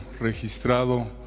registrado